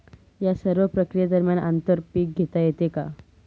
या सर्व प्रक्रिये दरम्यान आंतर पीक घेता येते का?